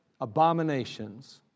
abominations